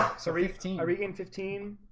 sorry fifteen, i regain fifteen,